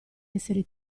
essere